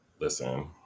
listen